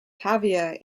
pavia